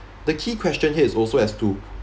the key question here is also as to